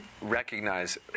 recognize